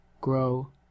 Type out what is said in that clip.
Grow